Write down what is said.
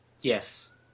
Yes